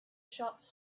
shots